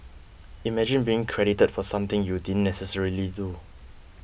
imagine being credited for something you didn't necessarily do